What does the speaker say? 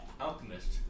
Alchemist